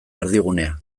erdigunea